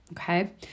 Okay